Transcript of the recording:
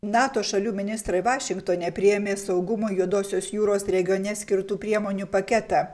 nato šalių ministrai vašingtone priėmė saugumą juodosios jūros regione skirtų priemonių paketą